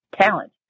talent